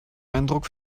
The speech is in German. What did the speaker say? eindruck